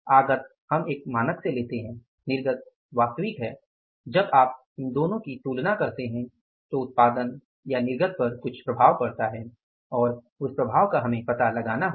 आगत हम एक मानक से लेते है निर्गत वास्तविक है जब आप इन दोनों की तुलना करते हैं तो उत्पादन या निर्गत पर कुछ प्रभाव पड़ता है और उस प्रभाव का हमें पता लगाना होगा